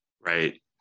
Right